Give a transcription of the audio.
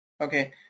Okay